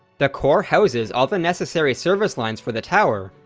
the core houses all the necessary service lines for the tower,